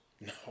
No